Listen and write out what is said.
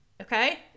Okay